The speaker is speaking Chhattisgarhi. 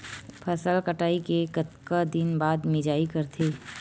फसल कटाई के कतका दिन बाद मिजाई करथे?